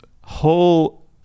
whole